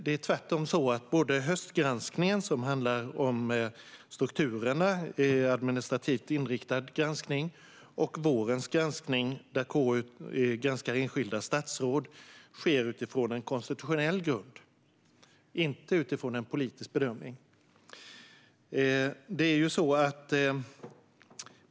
Det är tvärtom så att både höstgranskningen, som handlar om strukturerna i administrativt inriktad granskning, och vårens granskning, där KU granskar enskilda statsråd, sker utifrån en konstitutionell grund och inte en politisk bedömning.